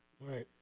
Right